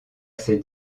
ces